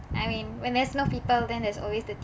I mean when there's no people then there's always the